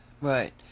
right